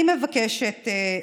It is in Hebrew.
אני מבקשת,